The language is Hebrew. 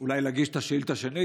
אולי להגיש את השאילתה שנית,